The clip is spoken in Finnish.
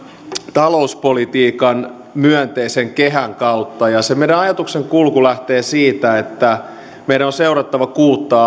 talouspolitiikan myönteisen kehän kautta se meidän ajatuksenkulku lähtee siitä että meidän on seurattava kuutta